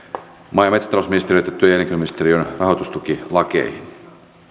maa ja metsätalousministeriön että työ ja elinkeinoministeriön rahoitustukilakeihin